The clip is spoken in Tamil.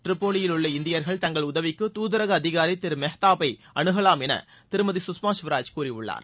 திரிபோலியிலுள்ள இந்தியர்கள் தங்கள் உதவிக்கு தூதரக அதிகாரி திரு மேஹ்தாபை அனுகலாம் என்று திருமதி சுஷ்மா சுவராஜ் கூறியுள்ளார்